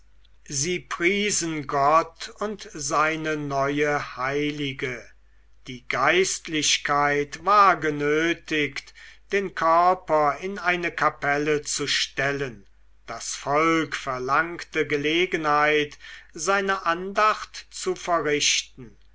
sie priesen gott und seine neue heilige die geistlichkeit war genötigt den körper in eine kapelle zu stellen das volk verlangte gelegenheit seine andacht zu verrichten